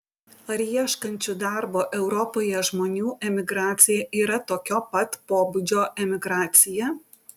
ar ieškančių darbo europoje žmonių emigracija yra tokio pat pobūdžio emigracija